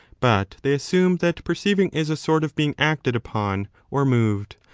but they assume that perceiving is a sort of being acted upon or moved.